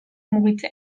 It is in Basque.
mugitzen